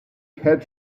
had